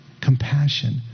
compassion